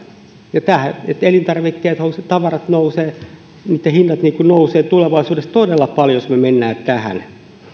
elintarvikkeiden tavaroiden hinnat nousevat tulevaisuudessa todella paljon jos me menemme tähän